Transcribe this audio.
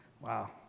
Wow